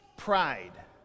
Pride